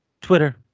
Twitter